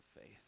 faith